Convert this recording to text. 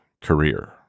career